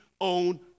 own